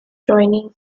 joining